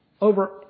over